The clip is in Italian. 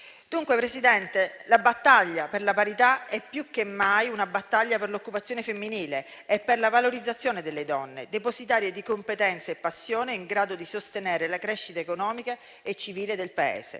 Dunque, Presidente, la battaglia per la parità è più che mai una battaglia per l'occupazione femminile e per la valorizzazione delle donne depositarie di competenze e passione, in grado di sostenere la crescita economica e civile del Paese.